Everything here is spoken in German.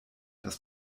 das